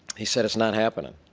he said it's not happening.